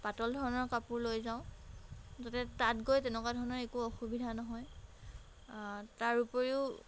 পাতল ধৰণৰ কাপোৰ লৈ যাওঁ যাতে তাত গৈ তেনেকুৱা ধৰণৰ একো অসুবিধা নহয় তাৰোপৰিও